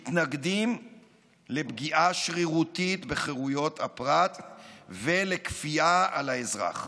מתנגדים לפגיעה שרירותית בחירויות הפרט ולכפייה על האזרח.